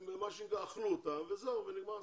הם מה שנקרא אכלו אותה וזהו, נגמר הסיפור.